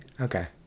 Okay